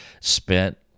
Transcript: spent